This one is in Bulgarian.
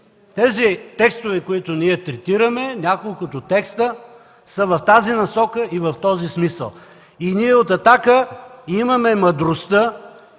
Тези текстове, които ние третираме, са няколкото текста в тази насока и в този смисъл. И ние от „Атака” имаме мъдростта,